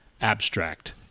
Abstract